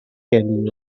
gen